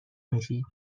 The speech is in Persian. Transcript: میشید